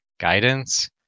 guidance